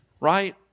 Right